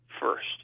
first